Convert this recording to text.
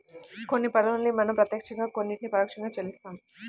కొన్ని పన్నుల్ని మనం ప్రత్యక్షంగా కొన్నిటిని పరోక్షంగా చెల్లిస్తాం